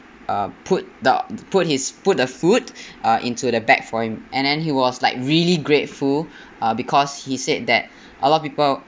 uh put the put his put the food uh into the bag for him and then he was like really grateful uh because he said that a lot of people